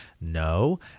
no